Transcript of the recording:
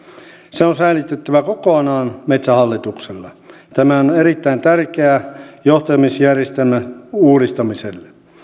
se on säilytettävä kokonaan metsähallituksella tämä on erittäin tärkeää johtamisjärjestelmän uudistamiselle